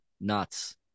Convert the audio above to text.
Nuts